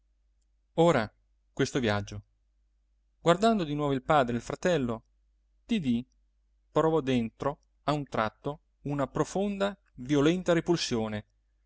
ora questo viaggio guardando di nuovo il padre e il fratello didì provò dentro a un tratto una profonda violenta repulsione